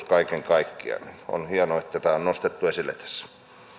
kaiken kaikkiaan on hienoa että tämä on nostettu esille tässä